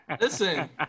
Listen